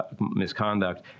misconduct